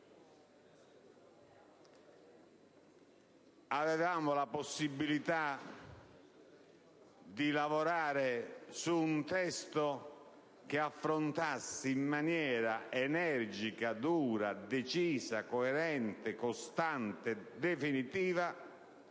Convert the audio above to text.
Avevamo la possibilità di lavorare su un testo che affrontasse in maniera energica, dura, decisa, coerente, costante e definitiva